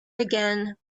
again